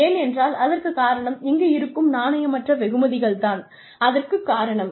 ஏன் என்றால் அதற்குக் காரணம் இங்கு இருக்கும் நாணயமற்ற வெகுமதிகள் தான் அதற்குக் காரணம்